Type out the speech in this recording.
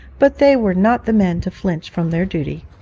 but they were not the men to flinch from their duty.